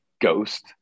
ghost